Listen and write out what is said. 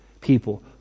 people